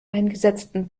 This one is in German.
eingesetzten